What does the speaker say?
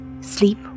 Sleep